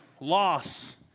loss